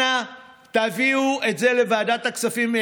אנא תביאו את זה לוועדת הכספים.